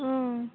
অঁ